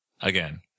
again